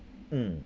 mm